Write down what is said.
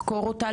לחקור אותה,